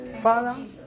Father